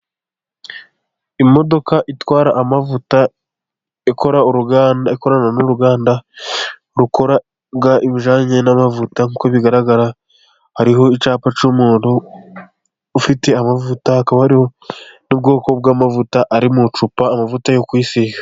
Imodoka itwara amavuta ikorana n'uruganda rukora ibijanye n'amavuta. Uko bigaragara hariho icyapa cy'umuntu ufite amavuta, akaba ari n'ubwoko bw'amavuta ari mu icupa. Amavuta yo kwisiga.